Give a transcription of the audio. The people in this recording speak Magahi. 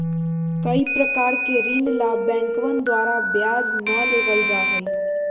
कई प्रकार के ऋण ला बैंकवन द्वारा ब्याज ना लेबल जाहई